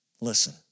Listen